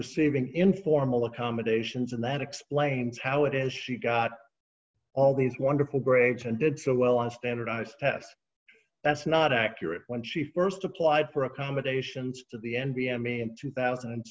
receiving informal accommodations and that explains how it is she got all these wonderful grades and did so well on standardized tests that's not accurate when she st applied for accommodations to the n b m e in two thousand and